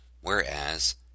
whereas